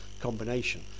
combination